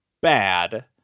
bad